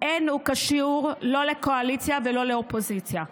ואינו קשור לא לקואליציה ולא לאופוזיציה.